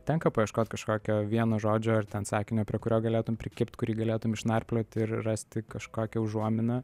tenka paieškot kažkokio vieno žodžio ar ten sakinio prie kurio galėtum prikibt kurį galėtum išnarpliot ir rasti kažkokią užuominą